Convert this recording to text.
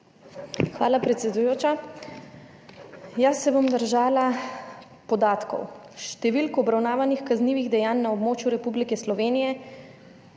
Hvala, predsedujoča. Jaz se bom držala podatkov, številk obravnavanih kaznivih dejanj na območju Republike Slovenije,